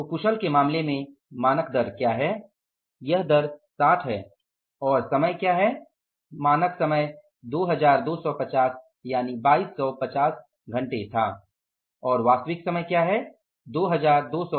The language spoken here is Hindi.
तो कुशल के मामले में मानक दर क्या है दर 60 है और समय क्या है मानक समय 2250 था और वास्तविक समय क्या है 2240